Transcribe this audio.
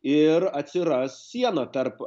ir atsiras siena tarp